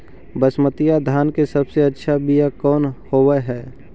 बसमतिया धान के सबसे अच्छा बीया कौन हौब हैं?